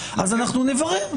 אז אנחנו נברר.